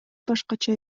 башкача